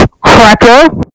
cracker